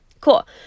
Cool